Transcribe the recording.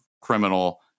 criminal